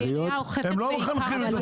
מה קרה לך, הם לא מחנכים את הציבור.